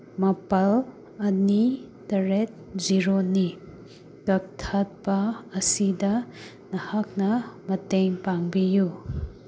ꯃꯥꯄꯜ ꯑꯅꯤ ꯇꯔꯦꯠ ꯖꯤꯔꯣꯅꯤ ꯀꯛꯊꯠꯄ ꯑꯁꯤꯗ ꯅꯍꯥꯛꯅ ꯃꯇꯦꯡ ꯄꯥꯡꯕꯤꯌꯨ